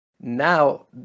now